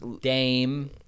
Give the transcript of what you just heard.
Dame